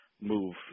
move